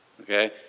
okay